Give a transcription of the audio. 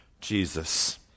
Jesus